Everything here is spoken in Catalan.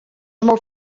molt